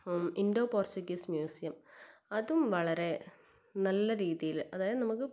Indo Portuguese museum അതും വളരെ നല്ല രീതിയിൽ അതായത് നമുക്ക്